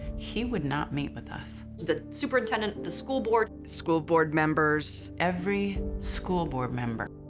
he would not meet with us. the superintendent, the school board. school board members. every school board member.